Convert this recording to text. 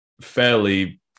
fairly